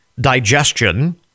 digestion